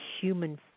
human